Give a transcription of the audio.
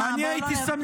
בוא לא --- לא,